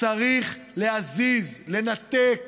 צריך להזיז, לנתק.